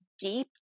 deep